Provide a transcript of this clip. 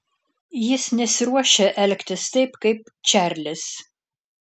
jis nesiruošia elgtis taip kaip čarlis